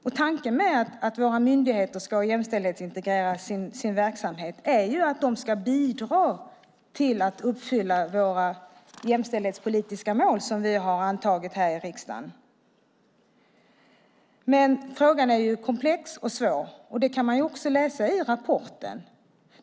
Tanken med att våra myndigheter ska jämställdhetsintegrera sin verksamhet är att de ska bidra till att uppfylla våra jämställdhetspolitiska mål, som vi har antagit här i riksdagen. Men frågan är komplex och svår. Det kan man också läsa i rapporten.